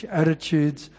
attitudes